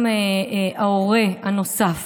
גם ההורה הנוסף